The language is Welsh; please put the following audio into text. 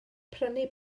prynu